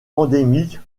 endémique